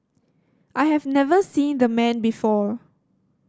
I have never seen the man before